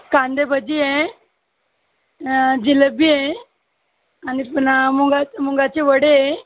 कांदे भजी आहे जिलेबी आहे आणि पुन्हा मूग मुगाचे वडे आहे